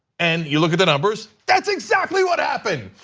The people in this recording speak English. and you look at the numbers, that's exactly what happened.